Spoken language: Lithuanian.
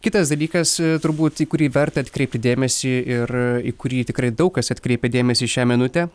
kitas dalykas turbūt į kurį verta atkreipti dėmesį ir į kurį tikrai daug kas atkreipia dėmesį šią minutę